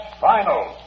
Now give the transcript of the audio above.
final